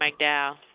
McDowell